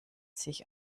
sich